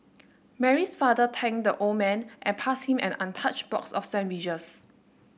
Mary's father thanked the old man and passed him an untouched box of sandwiches